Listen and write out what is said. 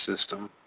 system